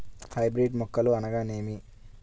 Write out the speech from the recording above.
Hybrid మొక్కలు అనగానేమి?